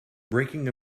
breaking